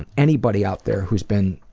and anybody out there who's been